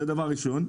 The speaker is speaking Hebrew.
זה דבר ראשון,